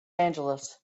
angeles